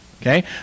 Okay